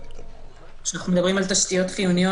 כשאנחנו מדברים על תשתיות חיוניות,